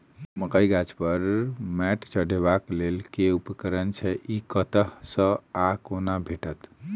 मकई गाछ पर मैंट चढ़ेबाक लेल केँ उपकरण छै? ई कतह सऽ आ कोना भेटत?